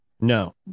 No